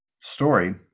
story